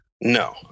No